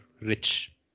rich